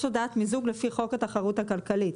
הודעת מיזוג לפי חוק התחרות הכלכלית,